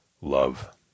Love